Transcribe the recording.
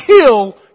kill